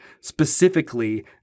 Specifically